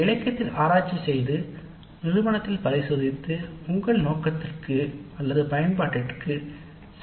ஒவ்வொரு நிறுவனத்திற்கு ஏற்ற மாதிரியை சோதனை முறையில் தயாரிப்பது சிறந்ததாகும்